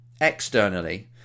externally